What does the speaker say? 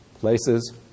places